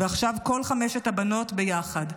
עכשיו כל חמש הבנות ביחד.